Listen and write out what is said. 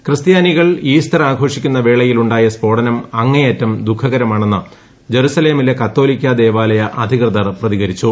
ക്രിസ്ത്യാനികൾ ഈസ്റ്റർ ആഘോഷിക്കുന്ന വേളയിൽ ഉണ്ടായ സ്ഫോടനം അങ്ങേയറ്റം ദുഖകരമാണെന്ന് ജറുസലേമിലെ കത്തോലിക്കാ ദേവാലയ അധികൃതർ പ്രതികരിച്ചു